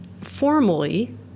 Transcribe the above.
Formally